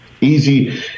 easy